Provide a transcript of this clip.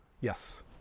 Yes